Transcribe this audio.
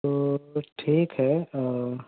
تو ٹھیک ہے